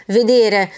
vedere